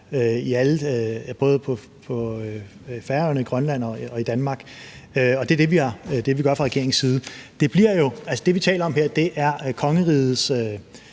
både på Færøerne, i Grønland og i Danmark, og det er det, vi gør fra regeringens side. Altså, det, som vi taler om her, er kongerigets